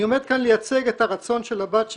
אני עומד כאן לייצג את הרצון של הבת שלי,